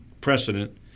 precedent